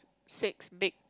six bake